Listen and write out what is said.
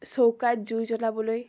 চৌকাত জুই জ্বলাবলৈ